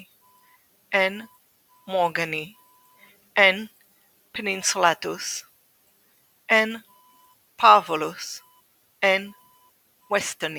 N. morgani N. peninsulatus N. parvulus N. westoni